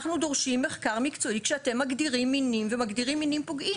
אנחנו דורשים מחקר מקצועי כשאתם מגדירים מינים ומגדירים מינים פוגעים.